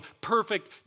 perfect